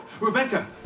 Rebecca